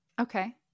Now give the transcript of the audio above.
Okay